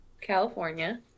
California